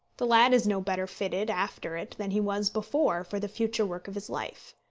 the lad is no better fitted after it than he was before for the future work of his life.